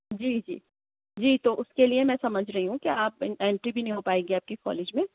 جی جی جی تو اُس کے لیے میں سمجھ رہی ہوں کہ آپ انٹری بھی نہیں ہو پائے گی آپ کی کالج میں